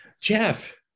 Jeff